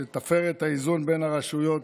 שתפר את האיזון בין הרשויות,